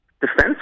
defense